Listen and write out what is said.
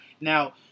Now